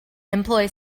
employ